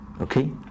Okay